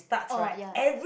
oh ya